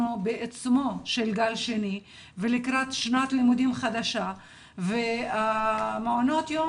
בעיצומו של גל שני ולקראת שנת לימודים חדשה אבל מעונות היום